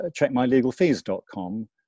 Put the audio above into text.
checkmylegalfees.com